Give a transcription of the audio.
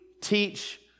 teach